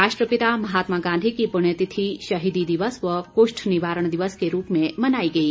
राष्ट्रपिता महात्मा गांधी की प्ण्यतिथि शहीदी दिवस व कृष्ठ निवारण दिवस के रूप में मनाई गई